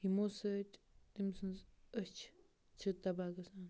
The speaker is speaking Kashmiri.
یِمو سۭتۍ تٔمۍ سٕنٛز أچھ چھِ تَباہ گژھان